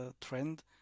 trend